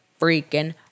freaking